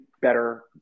better